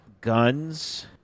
guns